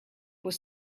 was